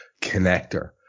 connector